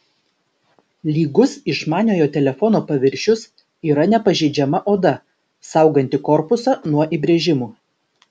lygus išmaniojo telefono paviršius yra nepažeidžiama oda sauganti korpusą nuo įbrėžimų